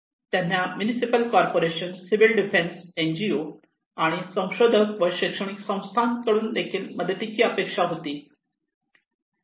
त्यांना municipal corporation civil defence NGO's आणि संशोधक व शैक्षणिक संस्था कडून देखील मदतीची अपेक्षा होती